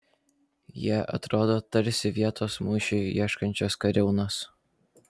jie atrodo tarsi vietos mūšiui ieškančios kariaunos